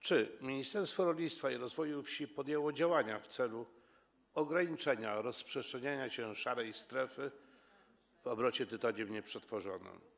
Czy Ministerstwo Rolnictwa i Rozwoju Wsi podjęło działania w celu ograniczenia rozprzestrzeniania się szarej strefy w obrocie tytoniem nieprzetworzonym?